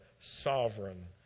sovereign